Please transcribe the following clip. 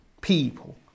people